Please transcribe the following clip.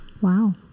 wow